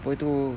apa tu